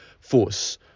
force